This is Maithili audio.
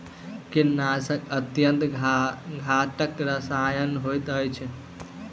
कीड़ीनाशक अत्यन्त घातक रसायन होइत अछि